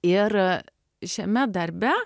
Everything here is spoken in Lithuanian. ir šiame darbe